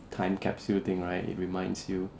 time capsule thing right it reminds you